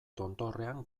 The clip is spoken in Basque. tontorrean